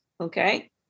okay